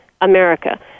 America